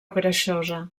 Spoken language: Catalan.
greixosa